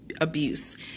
abuse